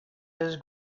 his